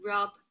Rob